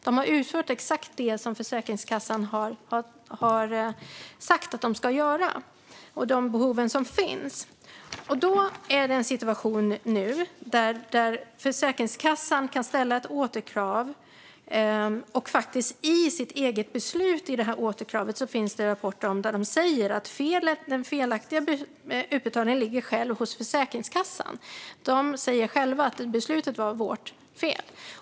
De har utfört exakt det som Försäkringskassan har sagt att de ska göra och de behov som finns. Nu råder situationen att Försäkringskassan kan ställa återkrav. Det finns rapporter om att Försäkringskassan i sitt beslut framför att den felaktiga utbetalningen ligger hos Försäkringskassan. Försäkringskassan säger att beslutet var deras fel.